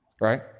right